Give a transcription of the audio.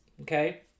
okay